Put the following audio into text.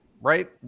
right